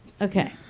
Okay